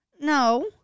No